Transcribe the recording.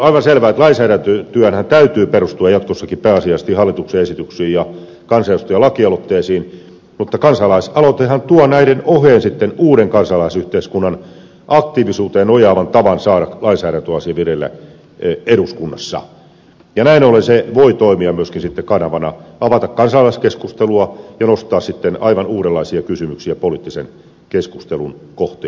on aivan selvää että lainsäädäntötyönhän täytyy perustua jatkossakin pääasiallisesti hallituksen esityksiin ja kansanedustajien lakialoitteisiin mutta kansalaisaloitehan tuo näiden oheen sitten uuden kansalaisyhteiskunnan aktiivisuuteen nojaavan tavan saada lainsäädäntöasia vireille eduskunnassa ja näin ollen se voi toimia myöskin sitten kanavana avata kansalaiskeskustelua ja nostaa aivan uudenlaisia kysymyksiä poliittisen keskustelun kohteeksi